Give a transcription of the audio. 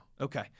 Okay